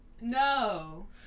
No